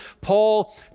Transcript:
Paul